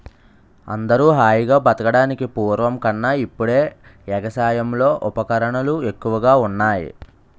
అందరూ హాయిగా బతకడానికి పూర్వం కన్నా ఇప్పుడే ఎగసాయంలో ఉపకరణాలు ఎక్కువగా ఉన్నాయ్